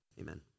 Amen